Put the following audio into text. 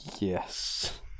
Yes